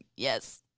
yes